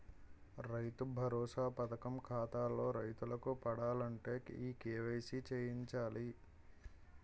రైతు భరోసా పథకం ఖాతాల్లో రైతులకు పడాలంటే ఈ కేవైసీ చేయించాలి